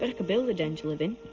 but could build a den to live in.